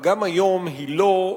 וגם היום היא לא,